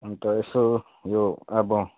अन्त यसो यो अब